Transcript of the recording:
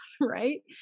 Right